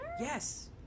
Yes